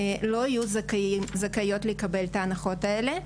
לא יהיו זכאיות לקבל את ההנחות האלה.